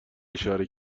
اشاره